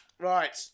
Right